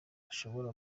bashobora